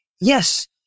yes